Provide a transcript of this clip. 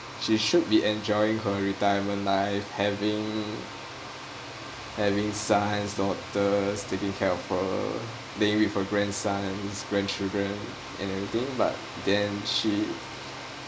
she should be enjoying her retirement life having having sons daughters taking care of her playing with her grandsons grandchildren and everything but then she